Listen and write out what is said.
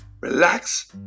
relax